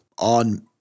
on